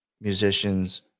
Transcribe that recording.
musicians